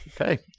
Okay